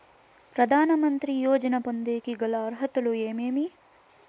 ప్రధాన మంత్రి యోజన పొందేకి గల అర్హతలు ఏమేమి?